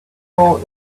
rule